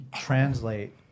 translate